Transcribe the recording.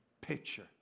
picture